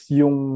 yung